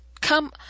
come